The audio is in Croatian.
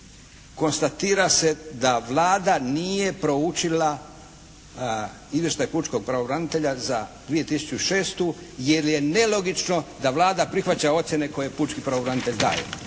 konstatira se da Vlada nije proučila Izvještaj pučkog pravobranitelja za 2006. jer je nelogično da Vlada prihvaća ocjene koje pučki pravobranitelj daje.